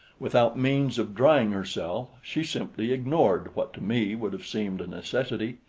without means of drying herself, she simply ignored what to me would have seemed a necessity,